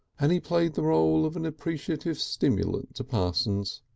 and he played the role of an appreciative stimulant to parsons.